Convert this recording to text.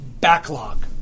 backlog